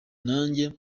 nanjye